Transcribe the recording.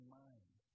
mind